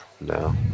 no